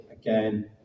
again